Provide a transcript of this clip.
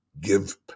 give